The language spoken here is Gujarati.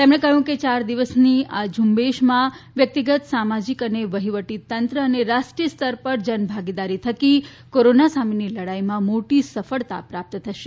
તેમણે કહ્યું કે ચાર દિવસના આ ઝુંબેશમાં વ્યક્તિગત સામાજિક અને વહીવટીતંત્ર અને રાષ્ટ્રીય સ્તર પર જનભાગીદારી થકી કોરોના સામેની લડાઇમાં મોટી સફળતા પ્રાપ્ત થશે